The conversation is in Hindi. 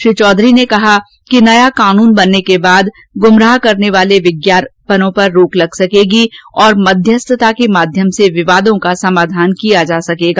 श्री चौधरी ने कहा कि नये कानून के बनने के बाद गुमराह करने वाले विज्ञापनों पर रोक लग सकेगी तथा मध्यस्थता के माध्यम से विवादों का समाधान किया जा सकेगा